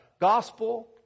gospel